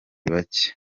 bake